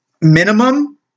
minimum